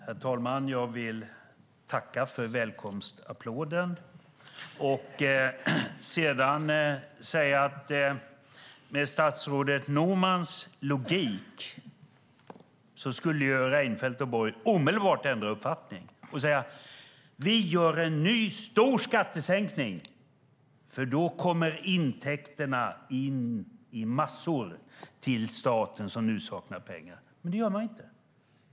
Herr talman! Jag vill tacka för välkomstapplåden och sedan säga att med statsrådet Normans logik skulle Reinfeldt och Borg omedelbart ändra uppfattning. De skulle säga: Vi gör en ny, stor skattesänkning, för då kommer intäkterna in i massor till staten som nu saknar pengar. Men det säger de inte.